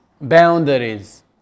boundaries